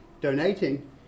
donating